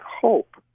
hope